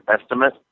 estimate